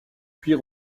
puis